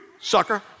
sucker